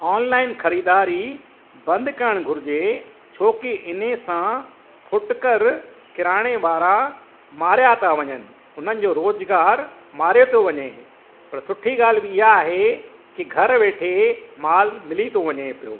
online खरीदारी बंदि करण घुरिजे छोकी इन सां फुटकर किराणे वारा मारिया त वञनि हुननि जो रोजगार मारियो थो वञे पर सुठी ॻाल्हि इहा आहे की घर वेठे माल मिली थो वञे पियो